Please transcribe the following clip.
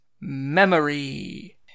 memory